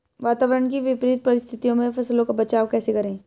वातावरण की विपरीत परिस्थितियों में फसलों का बचाव कैसे करें?